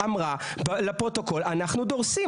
אמרה לפרוטוקול: אנחנו דורסים.